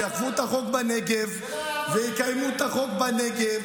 יאכפו את החוק בנגב ויקיימו את החוק בנגב.